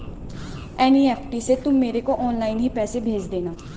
NEFT से तुम मेरे को ऑनलाइन ही पैसे भेज देना